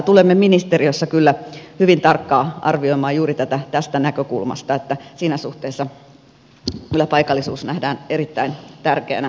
tulemme ministeriössä kyllä hyvin tarkkaan arvioimaan juuri tätä tästä näkökulmasta niin että siinä suhteessa kyllä paikallisuus nähdään erittäin tärkeänä kaiken kaikkiaan